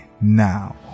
now